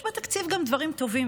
יש בתקציב גם דברים טובים,